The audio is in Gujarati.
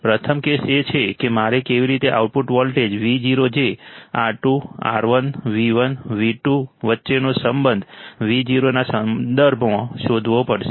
પ્રથમ કેસ એ છે કે મારે કેવી રીતે આઉટપુટ વોલ્ટેજ Vo જે R2 R1 V1 V2 વચ્ચેનો સંબંધ Vo ના સંદર્ભમાં શોધવો પડશે